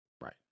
Right